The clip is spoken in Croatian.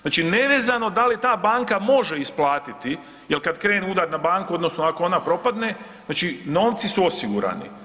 Znači nevezano da li ta banka može isplatiti jel kad krene udar na banku odnosno ako ona propadne znači novci su osigurani.